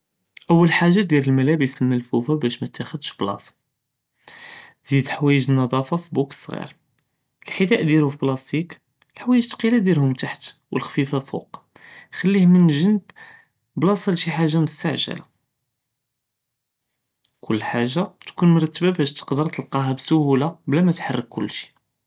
אוּל חאגָה דיר אלמלאבּס למלְפוּפה בא מתאחְדש בּלָאס, זיד חוואיג נְדָאפה פבוקס סְע׳יר, אלחדּא דירו פבּלָאסְטיק, חוואיג תְקִילָה דירְהום לתחת ולכְּפִיפָה ללפוק, כליהום בבְּז'ם בּלָאסָה לְשי חאגָה מסתַעְ'לָה, כל חאגָה תְּכוּן מִנוּ תְּקדַר תּלְקַאה בּל מתְהַרֶכּ כּל שי.